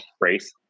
race